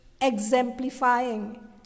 exemplifying